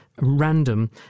random